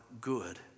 good